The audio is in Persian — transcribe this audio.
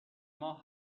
ماه